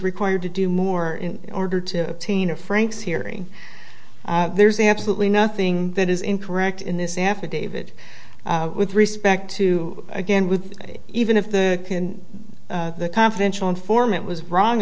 required to do more in order to obtain a frank's hearing there's absolutely nothing that is incorrect in this affidavit with respect to again with even if the can confidential informant was wrong